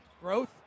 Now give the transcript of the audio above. growth